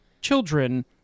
children